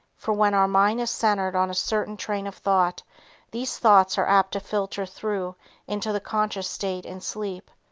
for when our mind is centered on a certain train of thought these thoughts are apt to filter through into the conscious state in sleep.